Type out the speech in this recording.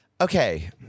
Okay